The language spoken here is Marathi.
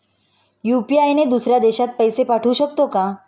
यु.पी.आय ने दुसऱ्या देशात पैसे पाठवू शकतो का?